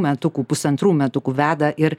metukų pusantrų metukų veda ir